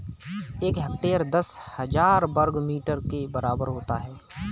एक हेक्टेयर दस हजार वर्ग मीटर के बराबर होता है